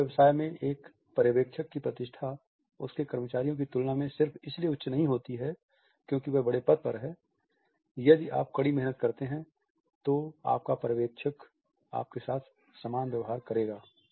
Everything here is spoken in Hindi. जर्मन व्यवसाय में एक पर्यवेक्षक की प्रतिष्ठा उसके कर्मचारियों की तुलना में सिर्फ इसलिए उच्च नहीं होती है क्योंकि वह बड़े पद पर है यदि आप कड़ी मेहनत करते हैं तो आपका पर्यवेक्षक आपके साथ समान व्यवहार करेगा